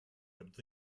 would